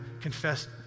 confess